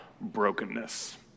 brokenness